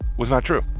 was not true.